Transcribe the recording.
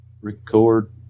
record